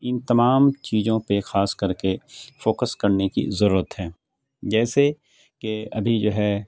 ان تمام چیزوں پہ خاص کر کے فوکس کرنے کی ضرورت ہے جیسے کہ ابھی جو ہے